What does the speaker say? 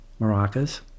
maracas